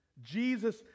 Jesus